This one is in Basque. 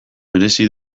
merezi